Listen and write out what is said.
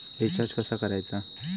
Recharge कसा करायचा?